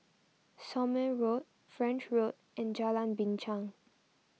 Somme Road French Road and Jalan Binchang